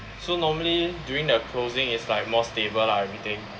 so normally during their closing is like more stable lah everything